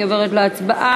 אני עוברת להצבעה.